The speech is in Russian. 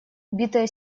битое